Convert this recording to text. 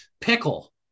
pickle